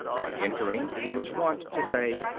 on entering he was wont to say,